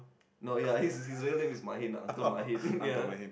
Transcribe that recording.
no ya his his real name is Maheen Uncle-Maheen